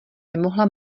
nemohla